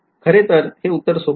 खरेतर हे उत्तर सोपे आहे